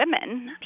women